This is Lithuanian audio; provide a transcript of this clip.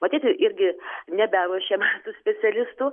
matyti irgi neberuošiam tų specialistų